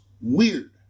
weird